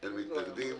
מי נגד?